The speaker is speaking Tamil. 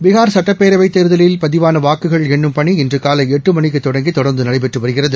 பீகார் சுட்டப்பேரவைத் தேர்தலில் பதிவான வாக்குகள் எண்ணும் பணி இன்று காலை எட்டு மணிக்கு தொடங்கி தொடர்ந்து நடைபெற்று வருகிறது